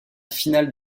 finale